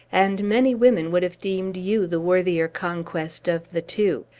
and many women would have deemed you the worthier conquest of the two.